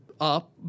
up